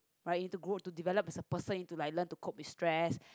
right you have to grow to develop as a person into like learn to crop with stress